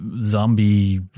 zombie